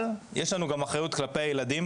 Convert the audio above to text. אבל יש לנו גם אחריות כלפי הילדים